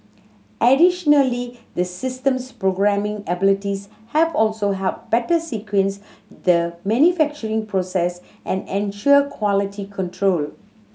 additionally the system's programming abilities have also helped better sequence the manufacturing process and ensure quality control